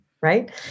Right